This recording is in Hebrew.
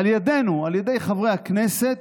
על ידינו, על ידי חברי הכנסת,